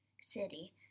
city